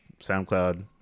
SoundCloud